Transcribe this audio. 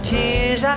Tears